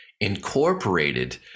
incorporated